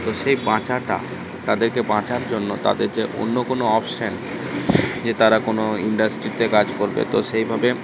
তো সেই বাঁচাটা তাদেরকে বাঁচার জন্য তাদের যে অন্য কোনো অপশান যে তারা কোনো ইন্ডাস্ট্রিতে কাজ করবে তো সেইভাবে